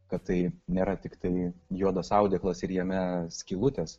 kad tai nėra tiktai juodas audeklas ir jame skylutės